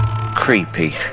Creepy